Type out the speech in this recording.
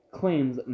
claims